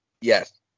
Yes